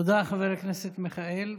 תודה, חבר הכנסת מיכאל.